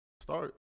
start